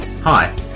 Hi